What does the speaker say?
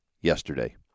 yesterday